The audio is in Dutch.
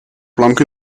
plank